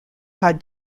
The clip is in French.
pas